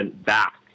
back